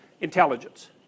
intelligence